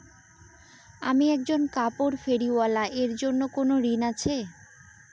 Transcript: আমি একজন কাপড় ফেরীওয়ালা এর জন্য কোনো ঋণ আছে?